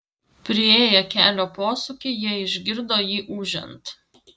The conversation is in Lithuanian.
priėję kelio posūkį jie išgirdo jį ūžiant